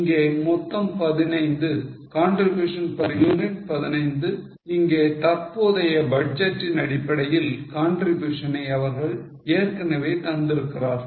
இங்கே மொத்தம் 15 contribution per unit 15 இங்கே தற்போதைய பட்ஜெட்டின் அடிப்படையில் contribution ஐ அவர்கள் ஏற்கனவே தந்திருக்கிறார்கள்